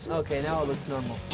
and okay, now it looks normal.